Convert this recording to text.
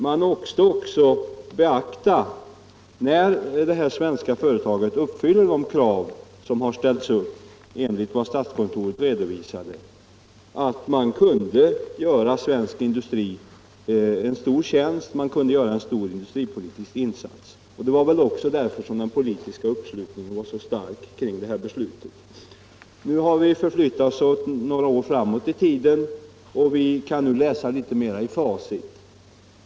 Man måste också beakta — när det här svenska företaget uppfyllde de krav som ställts upp enligt statskontorets redovisning — att man kunde göra svensk industri en stor tjänst. Man kunde göra en stor industripolitisk insats. Det var väl också därför den politiska uppslutningen var så stark kring det här beslutet. Nu har vi förflyttat oss några år framåt i tiden, och vi kan läsa litet mer i facit.